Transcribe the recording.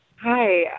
Hi